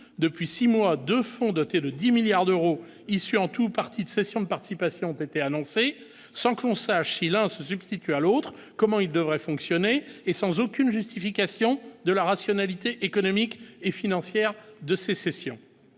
depuis 6 mois, 2 fonds doté de 10 milliards d'euros issus en tout partis de cessions de participations ont été annoncées, sans que l'on sache si l'se substituer à l'autre, comment il devrait fonctionner et sans aucune justification de la rationalité économique et financière de sécession,